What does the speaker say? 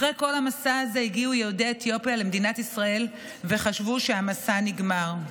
אחרי כל המסע הזה הגיעו יהודי אתיופיה למדינת ישראל וחשבו שהמסע נגמר.